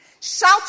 Shout